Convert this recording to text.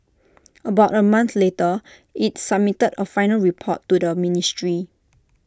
about A month later IT submitted A final report to the ministry